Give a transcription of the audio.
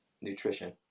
nutrition